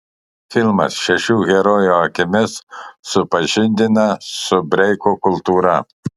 filmas šešių herojų akimis supažindina su breiko kultūra